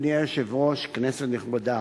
אדוני היושב-ראש, כנסת נכבדה,